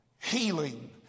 healing